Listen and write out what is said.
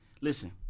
listen